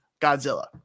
godzilla